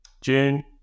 June